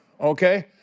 okay